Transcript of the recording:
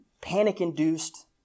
Panic-induced